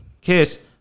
kiss